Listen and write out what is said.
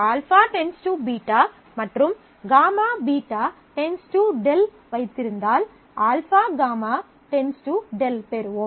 α → β மற்றும் γ β → δ வைத்திருந்தால் α γ → δ பெறுவோம்